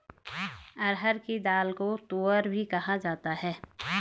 अरहर की दाल को तूअर भी कहा जाता है